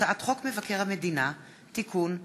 הצעת חוק הפיקדון על מכלי משקה (תיקון,